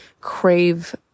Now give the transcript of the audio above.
crave